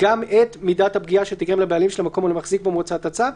גם את מידת הפגיעה שתיגרם לבעלים של המקום או למחזיק בו מהוצאת הצו.